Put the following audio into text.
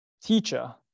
teacher